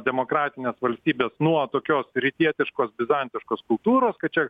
demokratinės valstybės nuo tokios rytietiškos bizantiškos kultūros kad čia